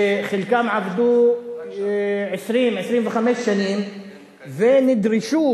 שחלקם עבדו 20 25 שנה ונדרשו,